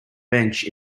bench